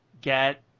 get